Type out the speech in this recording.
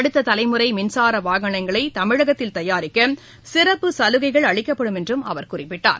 அடுத்த தலைமுறை மின்சார வாகனங்களை தமிழகத்தில் தயாரிக்க சிறப்பு சலுகைகள் அளிக்கப்படும் என்றும் அவர் குறிப்பிட்டார்